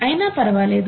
అయినా పరవాలేదు